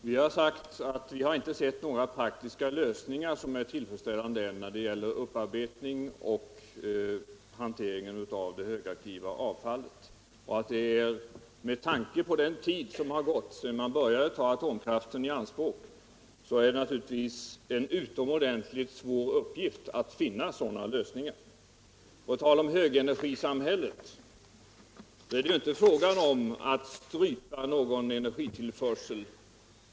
Herr taälman! Vi har sagt att vi inte har sett några praktiska lösningar som är tillfredsställande niär det gäller upparbetningen och hanteringen av det högaktiva avfallet. Med tanke på den tid som gått sedan man började ta atomkraften i anspråk så har det bevisats, att det är en utomordentligt svår uppgift att finna sådana lösninpgar. På tal om högenergisamhäller är dev ju inte frågan om att strypa energitillförseln.